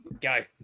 Go